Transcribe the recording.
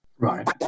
Right